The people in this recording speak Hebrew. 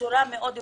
בצורה מאוד ברורה.